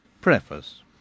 Preface